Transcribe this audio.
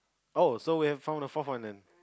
oh so we have found a fourth one then